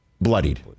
bloodied